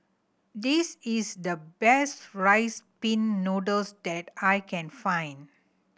this is the best Rice Pin Noodles that I can find